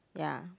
ya